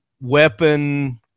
weapon